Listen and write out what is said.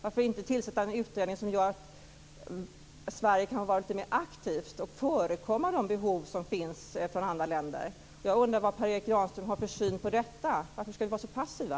Varför inte tillsätta en utredning som gör att Sverige kan vara lite mer aktivt och förekomma de behov som finns från andra länder? Jag undrar vad Per Erik Granström har för syn på detta. Varför ska vi vara så passiva?